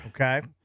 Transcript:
Okay